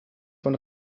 von